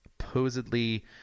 supposedly